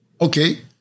Okay